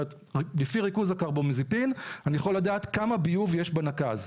לפי ריכוז הקארבאמאזפין אני יכול לדעת כמה ביוב יש בנקז,